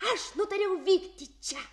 aš nutariau vykti čia